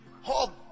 Home